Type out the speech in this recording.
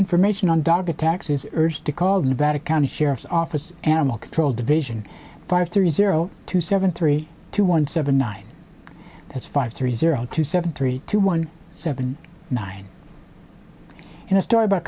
information on dog attacks is urged to called nevada county sheriff's office animal control division five three zero two seven three two one seven nine that's five three zero two seven three two one seven nine in a story about